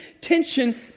tension